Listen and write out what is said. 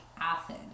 acid